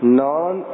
non